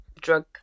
drug